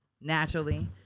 naturally